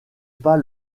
pas